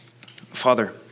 Father